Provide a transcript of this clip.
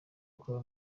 akora